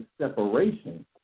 separation